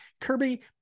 Kirby